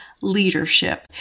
leadership